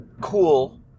cool